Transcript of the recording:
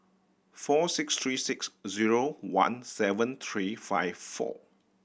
four six three six zero one seven three five four